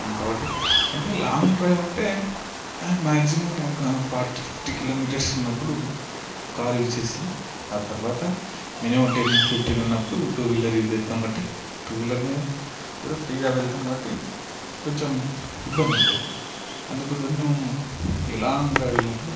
కాబట్టి అంటే long drive అంటే మ్యాక్సిమం ఇప్పుడు ఒక ఫార్టీ ఫిఫ్టీ కిలోమీటర్స్ ఉన్నప్పుడు కార్ యూస్ చేస్తాం ఆ తర్వాత మినిమం టెన్ ఫిఫ్టీన్ ఉన్నప్పుడు టూ వీలర్ యూస్ చేస్తాము కాబట్టి టూ వీలర్లోనే కూడా ఫ్రీగా వెళ్తాము కాబట్టి కొంచెం ఇబ్బంది ఉంటుంది అందుకోసం మేము ఈ లాంగ్ డ్రైవ్ వెళ్ళినప్పుడు